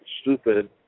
stupid